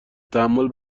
تحمل